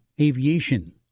aviation